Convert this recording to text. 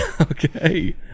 Okay